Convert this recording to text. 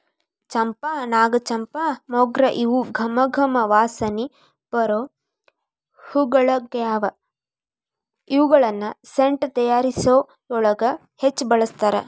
ಚಂಪಾ, ನಾಗಚಂಪಾ, ಮೊಗ್ರ ಇವು ಗಮ ಗಮ ವಾಸನಿ ಬರು ಹೂಗಳಗ್ಯಾವ, ಇವುಗಳನ್ನ ಸೆಂಟ್ ತಯಾರಿಕೆಯೊಳಗ ಹೆಚ್ಚ್ ಬಳಸ್ತಾರ